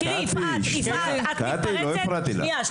קטי לא הפרעתי לך.